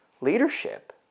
Leadership